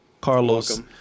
Carlos